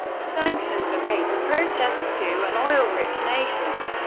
sanctions are paper protests to an oil-rich nation.